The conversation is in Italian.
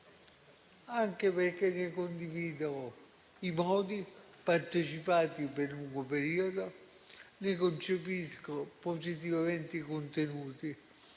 anche perché ne condivido i modi, partecipati per lungo periodo, e ne concepisco positivamente i contenuti.